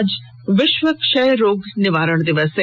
आज विश्व क्षयरोग निवारण दिवस है